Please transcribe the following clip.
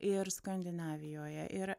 ir skandinavijoje ir